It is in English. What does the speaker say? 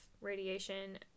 radiation